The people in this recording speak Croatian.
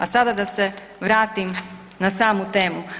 A sada da se vratim na samu temu.